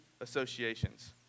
associations